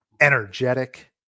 energetic